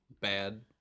bad